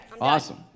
Awesome